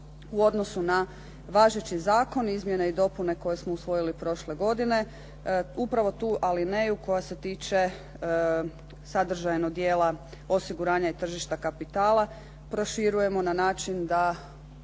u odnosu na važeći zakon, izmjene i dopune koje smo usvojili prošle godine, upravo tu alineju koja se tiče sadržajno dijela osiguranja i tržišta kapitala proširujemo na način da